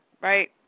right